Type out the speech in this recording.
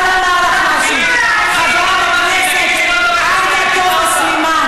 תתביישי לך, אל תשקרי.